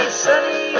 sunny